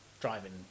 driving